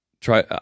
try